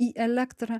į elektrą